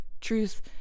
Truth